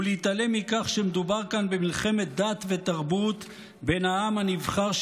ולהתעלם מכך שמדובר כאן במלחמת דת ותרבות בין העם הנבחר,